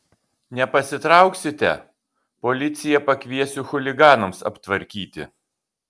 nepasitrauksite policiją pakviesiu chuliganams aptvarkyti